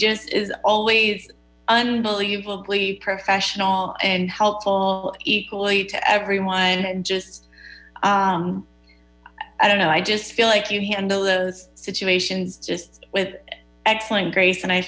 just is always unbelievably professional and helpful equally to everyone and just i don't know i just feel like you handle those situations just with excellent grace and i